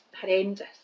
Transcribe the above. horrendous